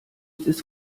ist